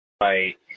right